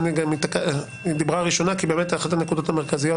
הבנקים דיברה ראשונה כי באמת אחת הנקודות המרכזיות